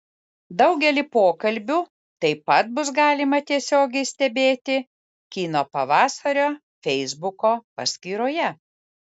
daugelį pokalbių taip pat bus galima tiesiogiai stebėti kino pavasario feisbuko paskyroje